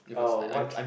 oh what